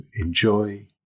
enjoy